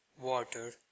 water